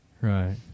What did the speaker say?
Right